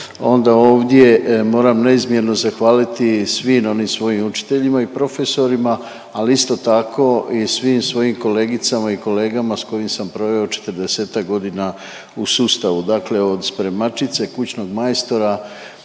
ovdje moram neizmjerno zahvaliti svim onim svojim učiteljima i profesorima, ali isto tako i svim svojim kolegicama i kolegama s kojim sam proveo 40-tak godina u sustavu, dakle od spremačice, kućnog majstora,